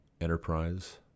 enterprise